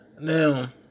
now